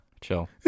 Chill